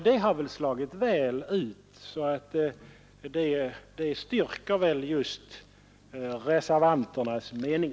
Det har väl slagit bra ut, och de försöken styrker således reservanternas mening.